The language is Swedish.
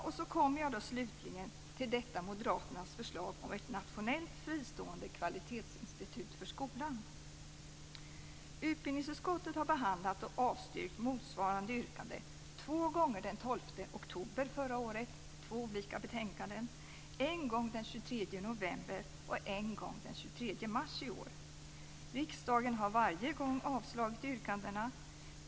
Och så kommer jag då slutligen till moderaternas förslag om ett nationellt fristående kvalitetsinstitut för skolan. Utbildningsutskottet har behandlat och avstyrkt motsvarande yrkande två gånger den 12 oktober förra året - det var två olika betänkanden - en gång den 23 november och en gång den 23 mars i år. Riksdagen har varje gång avslagit yrkandena.